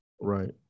right